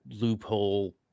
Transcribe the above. loophole